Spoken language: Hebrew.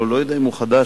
או לא יודע אם הוא חדש,